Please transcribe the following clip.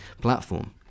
platform